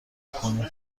کنید